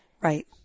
Right